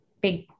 big